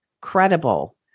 Credible